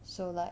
so like